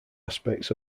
aspects